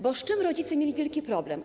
Bo z czym rodzice mieli wielki problem?